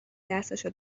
دستشو